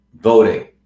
voting